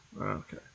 Okay